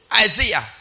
Isaiah